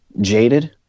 jaded